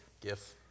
gif